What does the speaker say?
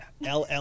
LL